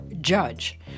judge